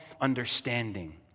understanding